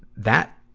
that,